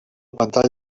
pantalla